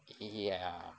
ya